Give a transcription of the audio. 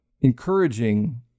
encouraging